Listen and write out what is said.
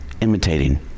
imitating